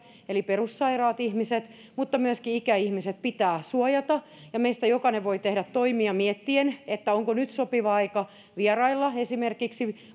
eli perussairaat ihmiset mutta myöskin ikäihmiset pitää suojata meistä jokainen voi tehdä toimia miettien onko nyt sopiva aika vierailla esimerkiksi